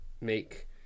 make